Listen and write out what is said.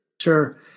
Sure